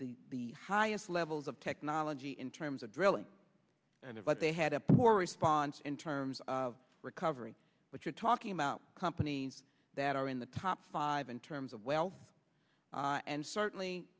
the highest levels of technology in terms of drilling and what they had a poor response in terms of recovery but you're talking about companies that are in the top five in terms of well and certainly